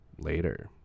Later